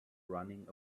running